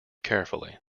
carefully